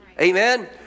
Amen